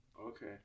Okay